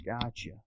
Gotcha